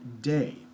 day